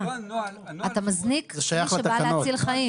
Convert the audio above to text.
אתה מזניק מישהו שבא להציל חיים.